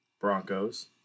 Broncos